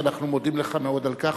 ואנחנו מודים לך מאוד על כך,